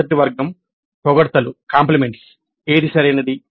మొదటి వర్గం పొగడ్తలు ఏది సరైనది